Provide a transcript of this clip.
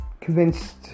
convinced